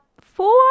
four